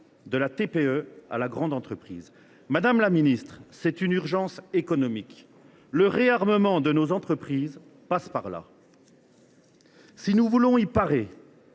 de la TPE à la grande entreprise. Madame la secrétaire d’État, c’est une urgence économique ! Le réarmement de nos entreprises en passe par là. Si nous voulons y parer